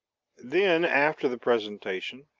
then after the presentation,